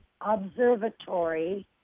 Observatory